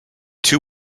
two